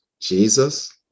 Jesus